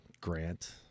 Grant